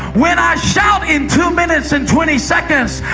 when i shout in two minutes and twenty seconds,